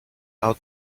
out